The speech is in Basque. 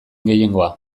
gehiengoa